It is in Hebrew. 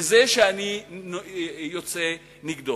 וזה הדבר שאני יוצא נגדו.